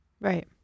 Right